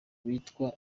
witwa